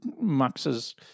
Max's